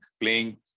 playing